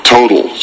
Total